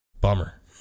Bummer